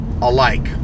alike